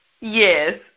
Yes